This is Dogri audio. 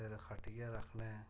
सिर खट्टियै रक्खने